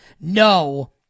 no